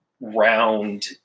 round